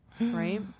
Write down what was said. Right